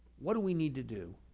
what do we need to do